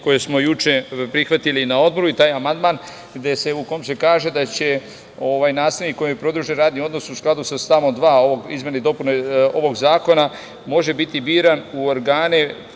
koje smo juče prihvatili na Odboru i taj amandman u kome se kaže da nastavnik kome je produžen radni odnosu, u skladu sa stavom 2. izmena i dopuna ovog zakona, može biti biran u organe